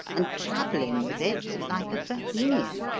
and travelling with it like a bohemian?